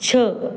छह